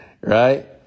right